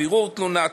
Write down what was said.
בירור תלונה,